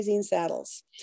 Saddles